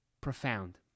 profound